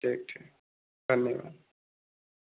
ठीक ठीक धन्यवाद